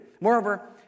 Moreover